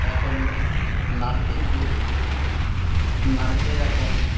এখন নারীদের যে নারীদের এখন